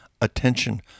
Attention